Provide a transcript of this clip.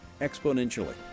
exponentially